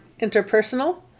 interpersonal